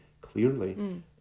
clearly